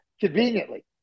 Conveniently